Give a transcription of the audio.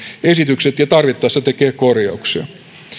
esitykset ja tarvittaessa tekee korjauksia